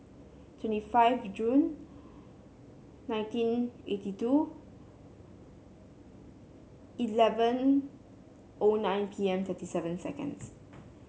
twenty five Jun nineteen eighty two eleven O nine P M thirty seven seconds